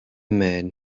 man